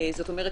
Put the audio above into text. זאת אומרת,